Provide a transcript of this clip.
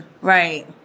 Right